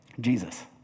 Jesus